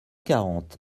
quarante